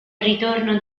ritorno